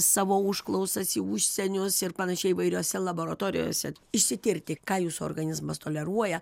savo užklausas į užsienius ir panašiai įvairiose laboratorijose išsitirti ką jūsų organizmas toleruoja